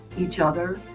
each other,